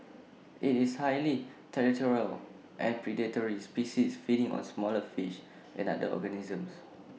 IT is A highly territorial and predatory species feeding on smaller fish and other organisms